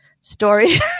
story